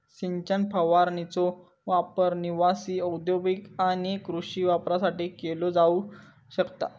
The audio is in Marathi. सिंचन फवारणीचो वापर निवासी, औद्योगिक आणि कृषी वापरासाठी केलो जाऊ शकता